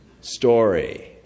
Story